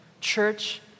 Church